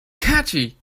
catchy